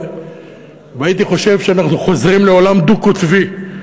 והייתי חושב שאנחנו חוזרים לעולם דו-קוטבי.